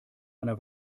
einer